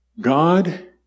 God